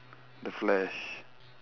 the flash